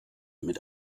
mit